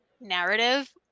narrative